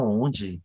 onde